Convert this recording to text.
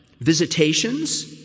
visitations